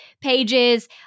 pages